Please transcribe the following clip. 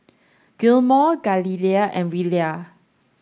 Gilmore Galilea and Willa